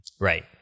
Right